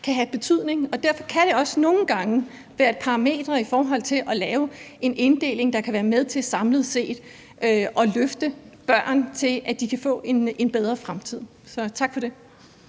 kan have betydning. Derfor kan det også nogle gange være et parameter i forhold til at lave en inddeling, der kan være med til samlet set at løfte børn til, at de kan få en bedre fremtid. Så tak for det.